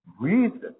reason